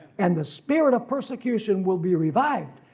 and the spirit of persecution will be revived,